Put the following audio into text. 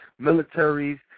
Militaries